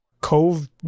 Cove